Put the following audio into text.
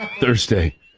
Thursday